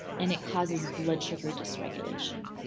and it causes blood sugar dysregulation.